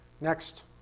Next